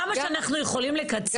כמה שאנחנו יכולים לקצר.